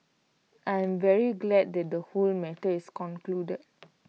I am very glad that the whole matter is concluded